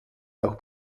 auch